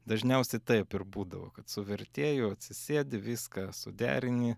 dažniausiai taip ir būdavo kad su vertėju atsisėdi viską suderini